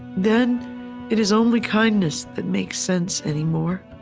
then it is only kindness that makes sense anymore,